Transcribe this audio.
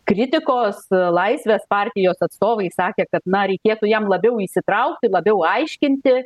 kritikos laisvės partijos atstovai sakė kad na reikėtų jam labiau įsitraukti labiau aiškinti